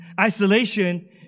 Isolation